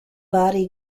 body